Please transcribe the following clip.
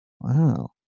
Wow